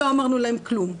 לא אמרנו להם כלום.